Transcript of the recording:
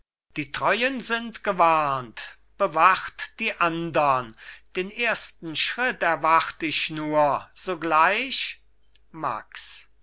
die treuen sind gewarnt bewacht die andern den ersten schritt erwart ich nur sogleich max